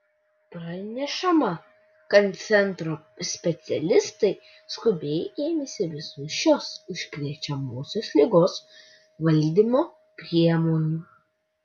pranešama kad centro specialistai skubiai ėmėsi visų šios užkrečiamosios ligos valdymo priemonių